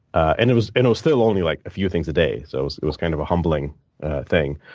and it was and still only like a few things a day. so it was kind of a humbling thing.